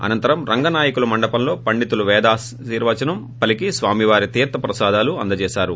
అనంతరం రంఘనాయకుల మండపంలో పండితులు వేదాశీర్వచనం పలికి స్వామివారి తీర్ణ ప్రసాదాలు అందజేశారు